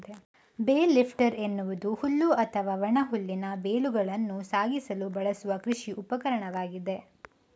bale lifter ಎನ್ನುವುದು ಹುಲ್ಲು ಅಥವಾ ಒಣ ಹುಲ್ಲಿನ ಬೇಲುಗಳನ್ನು ಸಾಗಿಸಲು ಬಳಸುವ ಕೃಷಿ ಉಪಕರಣವಾಗಿದೆ